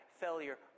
failure